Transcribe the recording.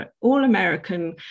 all-American